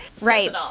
Right